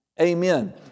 Amen